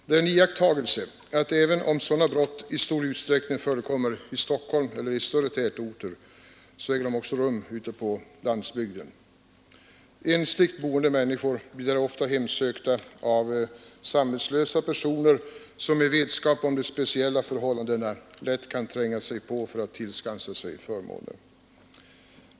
Det är en iakttagelse att även om sådana brott i stor utsträckning förekommer i Stockholm eller i större städer, äger de också rum ute på landsbygden. Ensligt boende personer blir där ofta hemsökta av samvetslösa personer, som i vetskap om de speciella förhållandena lätt kan tränga sig på för att tillskansa sig förmåner.